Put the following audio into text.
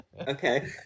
Okay